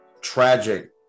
tragic